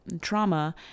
trauma